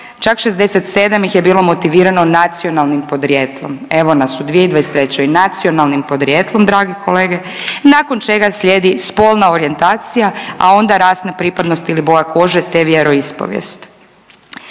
čak 67 ih je bilo motivirano nacionalnim podrijetlom. Evo nas u 2023., nacionalnim podrijetlom drage kolege, nakon čega slijedi spolna orijentacija, a onda rasna pripadnost ili boja kože te vjeroispovijest.